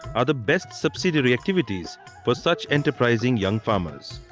are the best subsidiary activities for such enterprising young farmers.